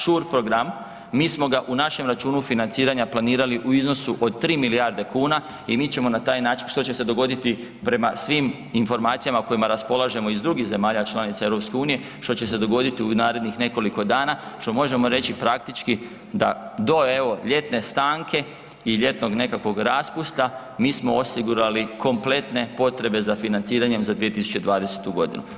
Shure program mi smo ga u našem računu financiranja planirali u iznosu od 3 milijarde kuna i mi ćemo na taj način, što će se dogoditi prema svim informacijama kojima raspolažemo iz drugih zemalja članica EU, što će se dogoditi u narednih nekoliko dana, što možemo reći praktički da evo do ljetne stanke i ljetnog nekakvog raspusta mi smo osigurali kompletne potrebe za financiranjem za 2020. godinu.